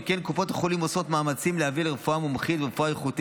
שכן קופות החולים עושות מאמצים להביא לרפואה מומחית ורפואה איכותית